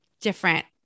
different